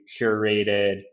curated